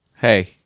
Hey